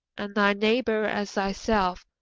and thy neighbour as thyself.